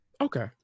Okay